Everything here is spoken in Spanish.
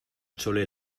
chole